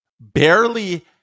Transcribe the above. Barely